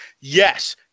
yes